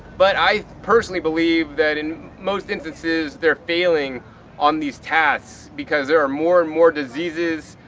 but i personally believe that in most instances they're failing on these tasks because there are more and more diseases,